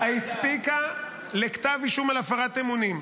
-- הספיקה לכתב אישום על הפרת אמונים.